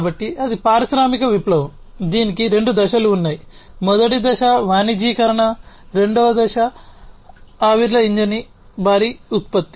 కాబట్టి అది పారిశ్రామిక విప్లవం భారీ ఉత్పత్తి